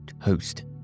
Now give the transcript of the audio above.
host